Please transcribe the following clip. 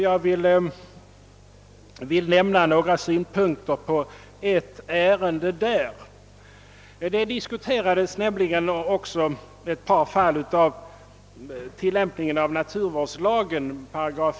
Jag vill framföra några synpunkter på ett av dessa ärenden, som gäller två fall vid tillämpningen av naturvårdslagen 15 §.